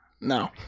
No